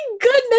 goodness